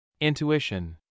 Intuition